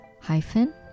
hyphen